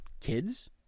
kids